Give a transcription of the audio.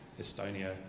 Estonia